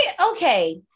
Okay